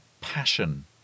passion